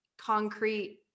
concrete